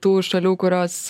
tų šalių kurios